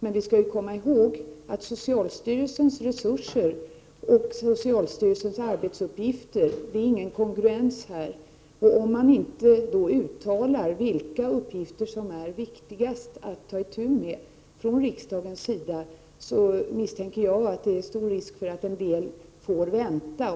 Men vi skall komma ihåg att det när det gäller socialstyrelsens resurser och arbetsuppgifter inte finns någon kongruens däremellan. Om riksdagen inte uttalar vilka uppgifter som det är viktigast att ta itu med, misstänker jag att risken är stor att en del problem får vänta.